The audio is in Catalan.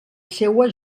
seua